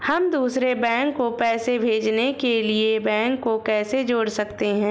हम दूसरे बैंक को पैसे भेजने के लिए बैंक को कैसे जोड़ सकते हैं?